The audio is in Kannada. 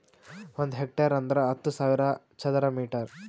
ಒಂದ್ ಹೆಕ್ಟೇರ್ ಅಂದರ ಹತ್ತು ಸಾವಿರ ಚದರ ಮೀಟರ್